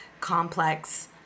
complex